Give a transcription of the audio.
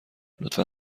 لطفا